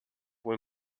when